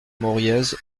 moriez